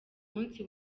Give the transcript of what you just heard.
munsi